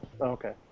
Okay